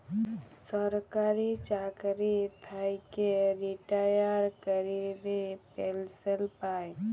সরকারি চাকরি থ্যাইকে রিটায়ার ক্যইরে পেলসল পায়